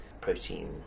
protein